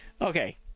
Okay